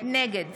נגד